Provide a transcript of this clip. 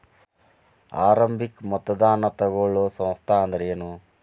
ಆರಂಭಿಕ್ ಮತದಾನಾ ತಗೋಳೋ ಸಂಸ್ಥಾ ಅಂದ್ರೇನು?